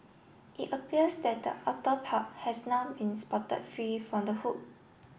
it appears that the otter pup has now been spotted free from the hook